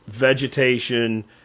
vegetation